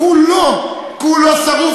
כולו שרוף,